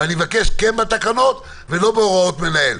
ואני מבקש כן בתקנות ולא בהוראות מנהל,